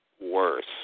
worse